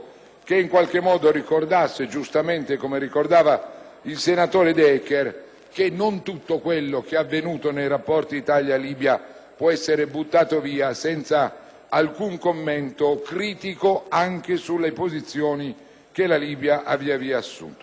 che in qualche modo ricordasse giustamente - come sottolineava il senatore De Eccher - che non tutto quello che è avvenuto nei rapporti Italia-Libia può essere buttato via senza alcun commento critico anche sulle posizioni che la Libia ha via via assunto.